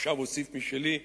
עכשיו אוסיף משלי.